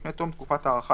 לפני תום תקופת ההארכה,